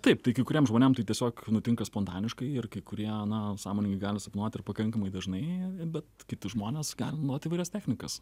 taip tai kai kuriem žmonėm tai tiesiog nutinka spontaniškai ir kai kurie na sąmoningai gali sapnuoti ir pakankamai dažnai bet kiti žmonės gali naudoti įvairias technikas